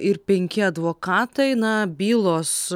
ir penki advokatai na bylos